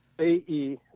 AE